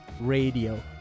radio